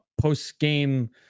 post-game